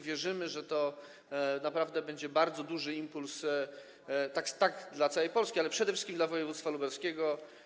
Wierzymy, że to naprawdę będzie bardzo duży impuls dla całej Polski, ale przede wszystkim dla województwa lubelskiego.